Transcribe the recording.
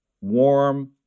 warm